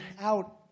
out